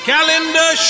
Calendar